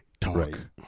talk